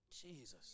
Jesus